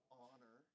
honor